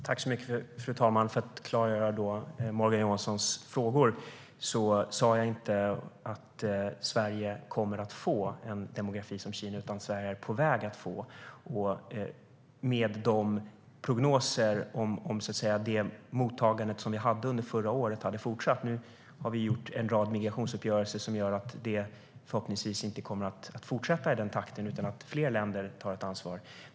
Fru talman! För att svara på Morgan Johanssons frågor och klargöra sa jag inte att Sverige kommer att få en demografi som Kinas utan att Sverige var på väg att få det, om det mottagande vi hade under förra året hade fortsatt. Nu har vi gjort en rad migrationsuppgörelser som innebär att det förhoppningsvis inte kommer att fortsätta i den takten. Fler länder ska ta ansvar.